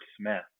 Smith